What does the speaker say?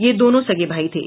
ये दोनों सगे भाई थे